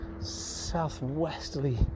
southwesterly